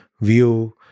view